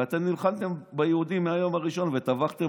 ואתם נלחמתם ביהודים מהיום הראשון וטבחתם